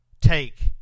take